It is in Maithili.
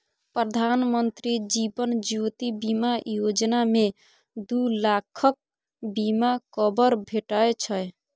प्रधानमंत्री जीबन ज्योती बीमा योजना मे दु लाखक बीमा कबर भेटै छै